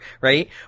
right